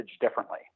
differently